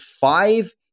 five